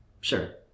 Sure